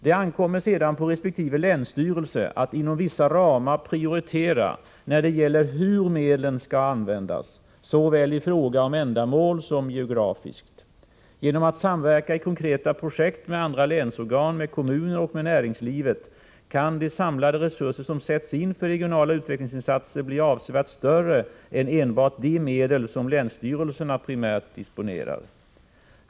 Det ankommer sedan på resp. länsstyrelse att inom vissa ramar prioritera när det gäller hur medlen skall användas, såväl i fråga om ändamål som geografiskt. Genom att samverka i konkreta projekt med andra länsorgan, med kommuner och med näringslivet kan de samlade resurser som sätts in för regionala utvecklingsinsatser bli avsevärt större än enbart de medel som länsstyrelserna primärt disponerar.